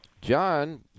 John